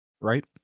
Right